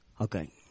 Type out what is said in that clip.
okay